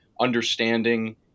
understanding